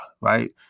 right